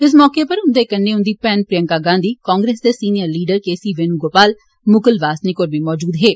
इस मौके उप्पर उन्दे कन्नै उंदी भैन प्रियंका गांधी कांग्रेस दे सीनियर लीडर केसी वेनुगोपाल मुकुल वासनिक होर बी मौजूद हे